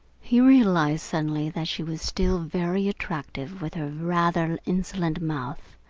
he realised suddenly that she was still very attractive with her rather insolent mouth,